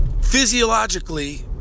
physiologically